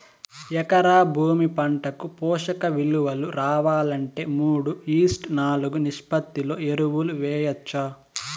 ఎకరా భూమి పంటకు పోషక విలువలు రావాలంటే మూడు ఈష్ట్ నాలుగు నిష్పత్తిలో ఎరువులు వేయచ్చా?